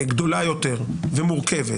גדולה יותר ומורכבת,